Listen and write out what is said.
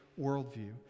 worldview